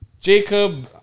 Jacob